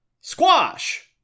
Squash